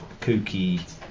kooky